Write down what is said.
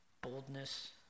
boldness